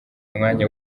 umwanya